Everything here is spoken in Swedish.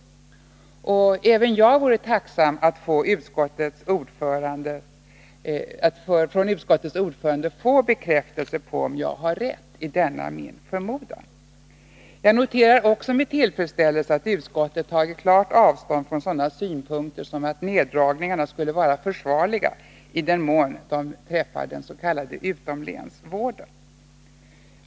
Även jag vore tacksam att av utskottets ordförande få en bekräftelse på att jag har rätt i denna min förmodan. Jag noterar också med tillfredsställelse att utskottet klart har tagit avstånd från sådana synpunkter som att neddragningarna skulle vara försvarbara i den mån de träffar den s.k. utomlänsvården.